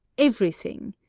everything.